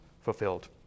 fulfilled